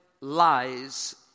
lies